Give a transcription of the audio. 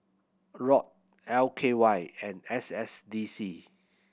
ROD L K Y and S S D C